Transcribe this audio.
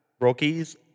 rookies